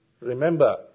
Remember